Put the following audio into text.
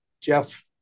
Jeff